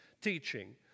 teaching